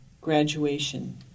graduation